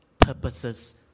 purposes